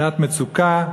בשעת מצוקה,